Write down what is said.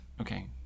okay